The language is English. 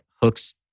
hooks